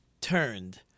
turned